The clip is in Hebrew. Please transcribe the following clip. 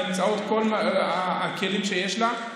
באמצעות כל הכלים שיש לה,